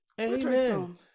Amen